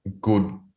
good